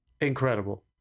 Incredible